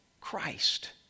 Christ